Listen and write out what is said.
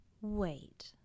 wait